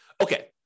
Okay